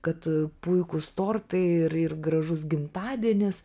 kad puikūs tortai ir ir gražus gimtadienis